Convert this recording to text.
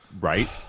right